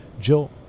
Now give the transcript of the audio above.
Jill